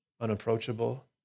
unapproachable